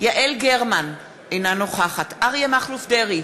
יעל גרמן, אינה נוכחת אריה מכלוף דרעי,